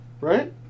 right